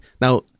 Now